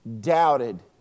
doubted